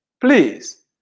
Please